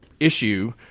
Issue